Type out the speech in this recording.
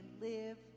live